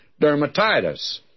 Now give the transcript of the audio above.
dermatitis